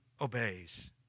obeys